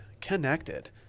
connected